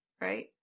right